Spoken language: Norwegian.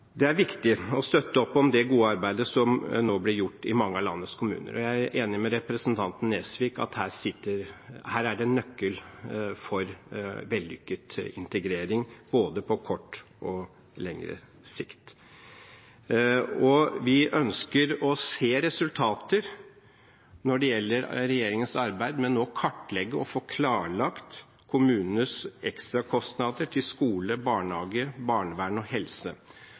Det er viktig å støtte opp om det gode arbeidet som nå blir gjort i mange av landets kommuner. Jeg er enig med representanten Nesvik i at her er det en nøkkel for vellykket integrering, på både kort og lengre sikt. Vi ønsker å se resultater når det gjelder regjeringens arbeid med nå å kartlegge og få klarlagt kommunenes ekstrakostnader til skole, barnehage, barnevern og helse,